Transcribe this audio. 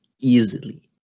easily